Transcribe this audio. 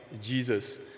Jesus